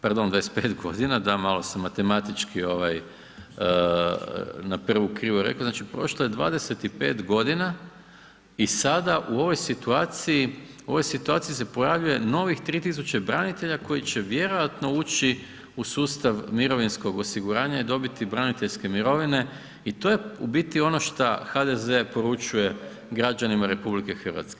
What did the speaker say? Pardon 25 godina, da, malo sam matematički na prvu krivo rekao, znači prošlo je 25 godina i sada u ovoj situaciji se pojavljuje novih 3 tisuće branitelja koji će vjerojatno ući u sustav mirovinskog osiguranja i dobiti braniteljske mirovine i to je u biti ono šta HDZ poručuje građanima RH.